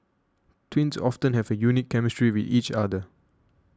twins often have a unique chemistry with each other